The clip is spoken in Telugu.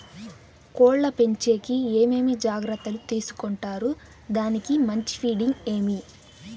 కోళ్ల పెంచేకి ఏమేమి జాగ్రత్తలు తీసుకొంటారు? దానికి మంచి ఫీడింగ్ ఏమి?